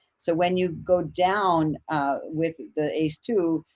so when you go down with the ace two,